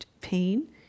pain